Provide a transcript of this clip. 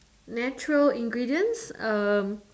natural ingredients um